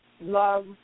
love